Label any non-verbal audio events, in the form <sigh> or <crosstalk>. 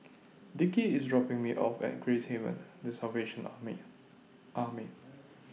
Dickie IS dropping Me off At Gracehaven The Salvation <unintelligible> Army